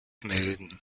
melden